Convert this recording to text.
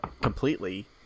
completely